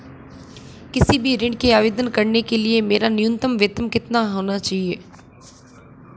किसी भी ऋण के आवेदन करने के लिए मेरा न्यूनतम वेतन कितना होना चाहिए?